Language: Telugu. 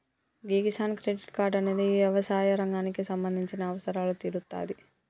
గీ కిసాన్ క్రెడిట్ కార్డ్ అనేది యవసాయ రంగానికి సంబంధించిన అవసరాలు తీరుత్తాది